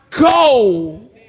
go